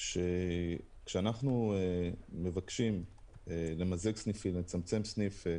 כשאנחנו מבקשים למזג סניפים או לצמצם סניפים,